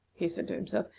he said to himself,